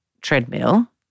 treadmill